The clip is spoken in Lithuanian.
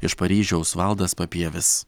iš paryžiaus valdas papievis